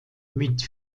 mit